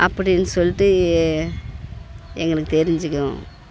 அப்படின்னு சொல்லிட்டு எங்களுக்கு தெரிஞ்சுக்கும்